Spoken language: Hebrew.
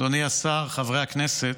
אדוני השר, חברי הכנסת,